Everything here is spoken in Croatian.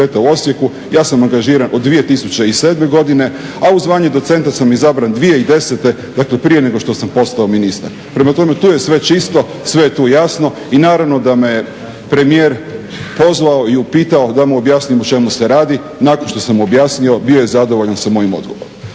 u Osijeku ja sam angažiran od 2007. godine, a u zvanje docenta sam izabran 2010., dakle prije nego što sam postao ministar. Prema tome, tu je sve čisto, sve je tu jasno. I naravno da me premijer pozvao i upitao da mu objasnim o čemu se radi, nakon što sam mu objasnio bio je zadovoljan sa mojim odgovorom.